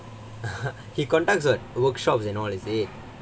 he conducts workshops and all is it